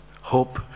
hope